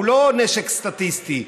זה לא נשק סטטיסטי,